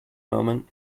moment